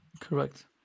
Correct